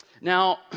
Now